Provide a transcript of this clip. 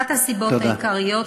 אחת הסיבות העיקריות,